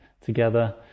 together